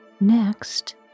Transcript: Next